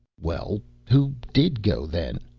well, who did go, then?